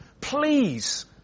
Please